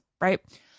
right